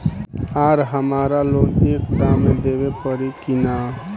आर हमारा लोन एक दा मे देवे परी किना?